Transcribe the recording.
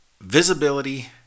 visibility